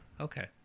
okay